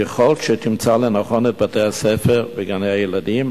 ככל שתמצא לנכון, את בתי-הספר וגני-הילדים.